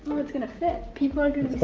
is gonna fit. people are gonna